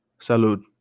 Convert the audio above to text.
salud